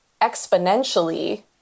exponentially